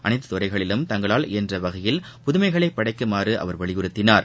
அனைத்து துறைகளிலும் தங்களால் இயன்ற வகையில் புதுமைகளை படைக்குமாறு அவர் வலியுறுத்தினார்